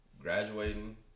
Graduating